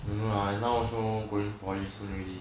don't know lah now also going poly soon already